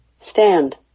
Stand